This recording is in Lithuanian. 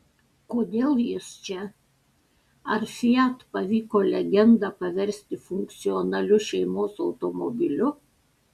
kodėl jis čia ar fiat pavyko legendą paversti funkcionaliu šeimos automobiliu